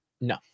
No